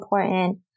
important